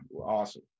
Awesome